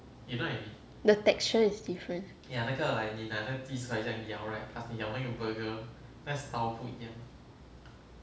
the texture is different ah